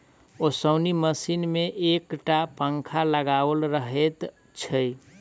ओसौनी मशीन मे एक टा पंखा लगाओल रहैत छै